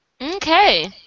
Okay